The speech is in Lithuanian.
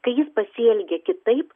kai jis pasielgia kitaip